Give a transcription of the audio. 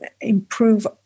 improve